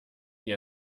die